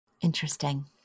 Interesting